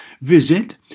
Visit